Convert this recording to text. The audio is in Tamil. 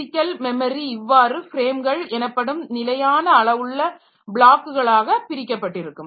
பிசிக்கல் மெமரி இவ்வாறு ஃப்ரேம்கள் எனப்படும் நிலையான அளவுள்ள பிளாக்குகளாக பிரிக்கப்பட்டிருக்கும்